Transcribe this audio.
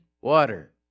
water